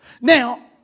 Now